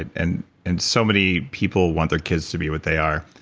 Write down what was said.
and and so many people want their kids to be what they are.